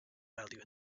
value